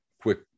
quick